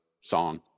song